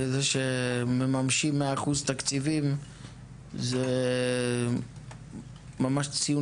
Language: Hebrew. זה שמממשים 100% תקציבים זה ממש ציון